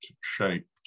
shaped